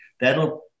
that'll